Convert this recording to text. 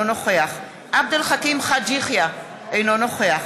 אינו נוכח